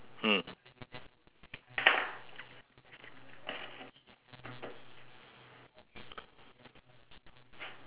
mm